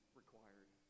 required